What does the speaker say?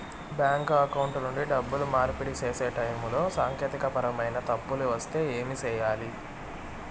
bank account నుండి డబ్బులు మార్పిడి సేసే టైములో సాంకేతికపరమైన తప్పులు వస్తే ఏమి సేయాలి